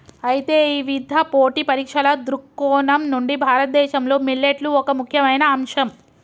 అయితే ఇవిధ పోటీ పరీక్షల దృక్కోణం నుండి భారతదేశంలో మిల్లెట్లు ఒక ముఖ్యమైన అంశం